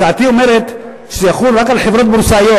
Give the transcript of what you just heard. הצעתי אומרת שזה יחול רק על חברות בורסאיות,